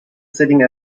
sitting